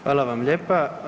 Hvala vam lijepa.